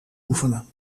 oefenen